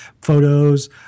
photos